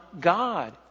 God